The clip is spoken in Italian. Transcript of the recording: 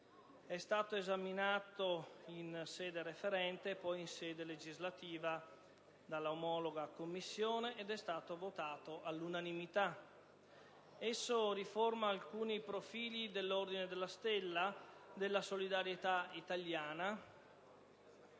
è stato ivi esaminato in sede referente, e poi in sede legislativa, dalla competente Commissione della Camera ed è stato approvato all'unanimità. Esso riforma alcuni profili dell'Ordine della Stella della solidarietà italiana,